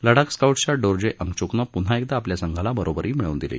लडाख स्काउट्सच्या डोरजे अंगचूक ने पुन्हा एकदा आपल्या संघाला बरोबरी मिळवून दिली